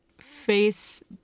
face